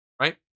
Right